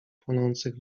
płonących